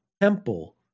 temple